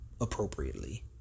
appropriately